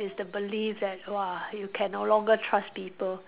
is the belief that !wah! you can no longer trust people